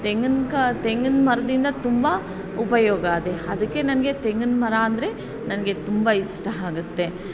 ತೆಂಗಿನ ಕ ತೆಂಗಿನ ಮರದಿಂದ ತುಂಬ ಉಪಯೋಗ ಇದೆ ಅದಕ್ಕೆ ನನಗೆ ತೆಂಗಿನ ಮರ ಅಂದರೆ ನನಗೆ ತುಂಬ ಇಷ್ಟ ಆಗುತ್ತೆ